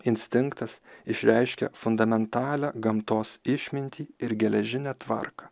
instinktas išreiškia fundamentalią gamtos išmintį ir geležinę tvarką